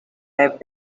have